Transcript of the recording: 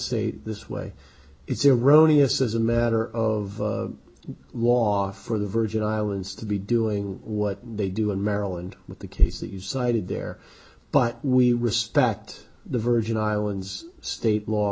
say this way it's a roni yes as a matter of law for the virgin islands to be doing what they do in maryland with the case that you cited there but we respect the virgin islands state law